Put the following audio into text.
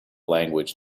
language